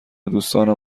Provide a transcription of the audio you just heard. دوستانم